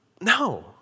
No